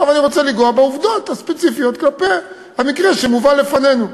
עכשיו אני רוצה לנגוע בעובדות הספציפיות במקרה שמובא לפנינו.